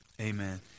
amen